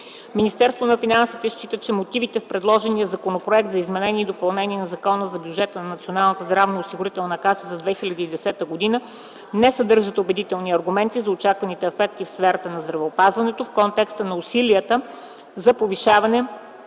Министерството на финансите счита, че мотивите към предложения Законопроект за изменение и допълнение на Закона за бюджета на Националната здравноосигурителна каса за 2010 г. не съдържат убедителни аргументи за очакваните ефекти в сферата на здравеопазването в контекста на усилията за повишаване